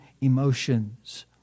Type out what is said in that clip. emotions